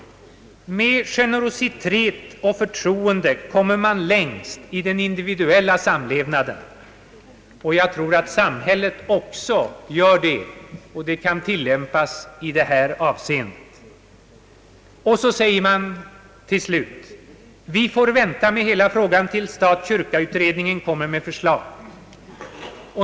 Med generositet och förtroende kommer man längst i den individuella samlevnaden, och jag tror att vi också gör det i samhällslivet. Till slut sägs det att vi får vänta med hela frågan tills stat-kyrka-utredningen kommer med förslag.